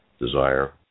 desire